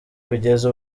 kugeza